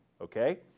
okay